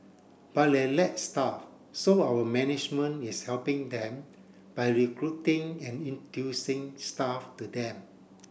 but they lack staff so our management is helping them by recruiting and introducing staff to them